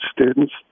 students